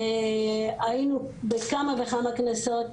היינו בכמה וכמה כנסות,